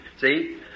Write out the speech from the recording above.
See